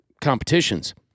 competitions